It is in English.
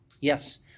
yes